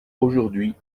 aujourd’hui